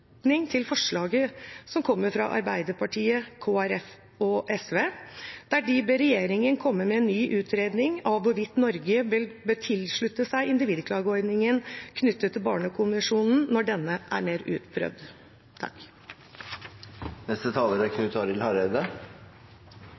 tilslutning til forslaget fra Arbeiderpartiet, Kristelig Folkeparti og SV, der de ber regjeringen komme med en ny utredning av hvorvidt Norge bør tilslutte seg individklageordningen knyttet til barnekonvensjonen når denne er mer utprøvd. FN er